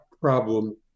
problem